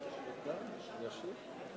ישיב?